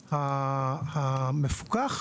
המפוקח.